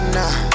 now